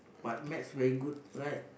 but maths very good right